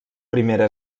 primera